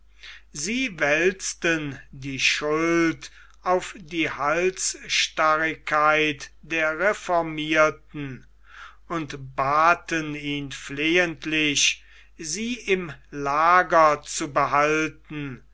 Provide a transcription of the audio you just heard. sie wälzten die schuld auf die halsstarrigkeit der reformierten und baten ihn flehentlich sie im lager zu behalten